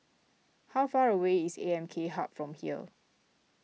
how far away is A M K Hub from here